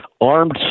armed